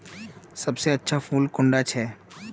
सबसे अच्छा फुल कुंडा छै?